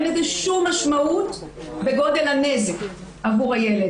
אין לזה שום משמעות לגודל הנזק עבור הילד.